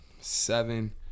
seven